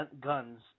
guns